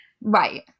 right